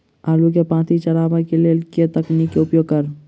आलु केँ पांति चरावह केँ लेल केँ तकनीक केँ उपयोग करऽ?